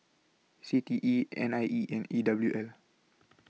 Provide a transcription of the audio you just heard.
C T E N I E and E W L